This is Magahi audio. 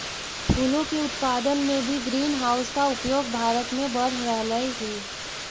फूलों के उत्पादन में भी ग्रीन हाउस का उपयोग भारत में बढ़ रहलइ हे